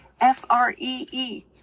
F-R-E-E